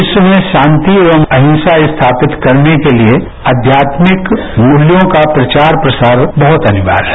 विश्व में शांति एवं अहिंसा स्थापित करने के लिए आध्यात्मिक मूल्यों का प्रचार प्रसार बहुत अनिवार्य है